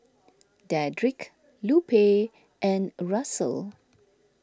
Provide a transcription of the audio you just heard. Dedrick Lupe and Russell